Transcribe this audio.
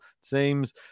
seems